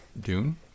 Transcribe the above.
Dune